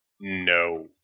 No